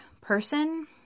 person